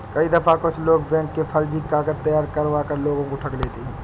कई दफा कुछ लोग बैंक के फर्जी कागज तैयार करवा कर लोगों को ठग लेते हैं